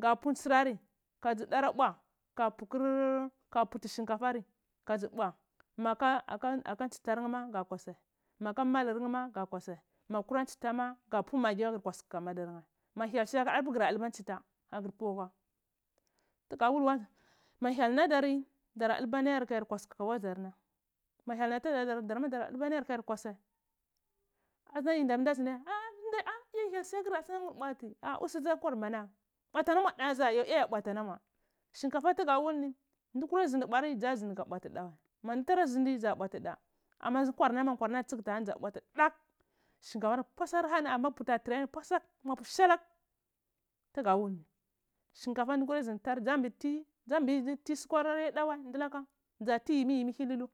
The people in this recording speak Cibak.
ga pu ntir ari kudzi dara bwa tea putur ka puti shinkafari ka dzi pua mapir aka nsitar nheh ma ngu tewasai ana malur mheh ma ga tewasai ma kura nsitai ma ga pu magi kagur kwatsai kaka mai ɗarma ma hyel siahur arpai gura ɗulba ainta ka gur pwi akwa tuga wul waza ma hyel nadorr dana ɗilba nayur hayur kwutsar kaka wuzarna a hyel siyakur mur bwati a su dza kwamana ka bwati alamur da aza a iya ya bwati alama shinkafa tug awol ni nu kuraa ndi buri dza bwati ɗa war mandi tara zindi ɗza bwati ɗa ama kwar na tsiyt ni ɗza bwati dah shinkafar prusik mapir uta tray putsuk ahani tuga wul ni shinkatfa din dura jidi tara za ndi tai sukvar ma da wai dza ti yimiyimr hilulu.